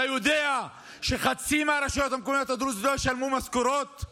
אתה יודע שחצי מהרשויות המקומיות הדרוזיות לא ישלמו משכורות?